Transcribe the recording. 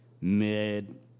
mid